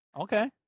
Okay